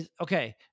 okay